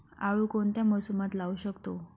आळू कोणत्या मोसमात लावू शकतो?